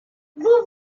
what